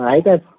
आहे का